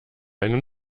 einen